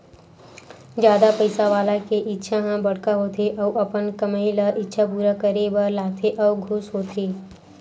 जादा पइसा वाला के इच्छा ह बड़का होथे अउ अपन कमई ल इच्छा पूरा करे बर लगाथे अउ खुस होथे